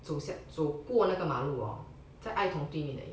走下走过那个马路哦在爱同对面而已